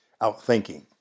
outthinking